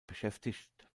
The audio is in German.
beschäftigt